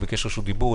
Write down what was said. רשות דיבור.